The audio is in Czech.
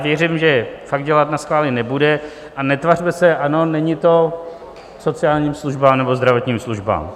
Věřím, že fakt dělat naschvály nebude, a netvařme se, ano, není to k sociálním službám nebo zdravotním službám.